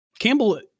Campbell